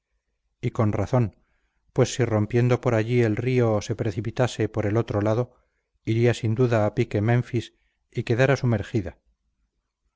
y con razón pues si rompiendo por allí el río se precipitase por el otro lado iría sin duda a pique menfis y quedara sumergida